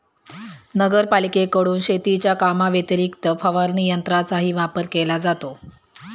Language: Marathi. नगरपालिकेकडून शेतीच्या कामाव्यतिरिक्त फवारणी यंत्राचाही वापर केला जातो